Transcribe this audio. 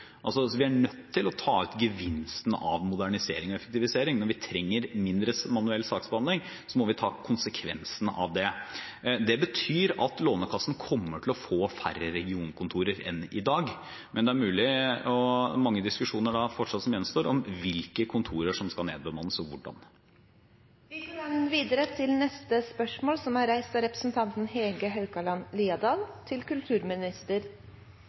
Vi er altså nødt til å ta ut gevinsten av modernisering og effektivisering – når vi trenger mindre manuell saksbehandling, må vi ta konsekvensene av det. Det betyr at Lånekassen kommer til å få færre regionkontorer enn i dag. Men det er mange diskusjoner som gjenstår, fortsatt, om hvilke kontorer som skal nedbemannes, og hvordan. Jeg tillater meg å stille følgende spørsmål